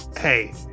Hey